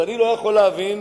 ואני לא יכול להבין,